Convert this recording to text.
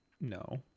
No